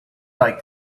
like